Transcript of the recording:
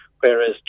Whereas